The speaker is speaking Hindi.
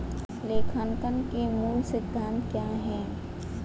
लेखांकन के मूल सिद्धांत क्या हैं?